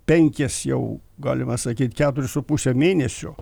penkias jau galima sakyt keturis su puse mėnesio